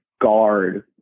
guard